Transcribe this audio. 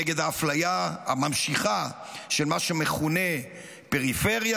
נגד האפליה הממשיכה של מה שמכונה פריפריה,